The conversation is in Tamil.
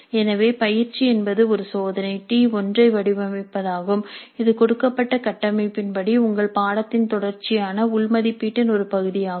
எனவே பயிற்சி என்பது ஒரு சோதனை T1 ஐ வடிவமைப்பதாகும் இது கொடுக்கப்பட்ட கட்டமைப்பின் படி உங்கள் பாடத்தின் தொடர்ச்சியான உள் மதிப்பீட்டின் ஒரு பகுதியாகும்